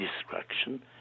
destruction